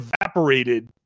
evaporated